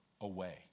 away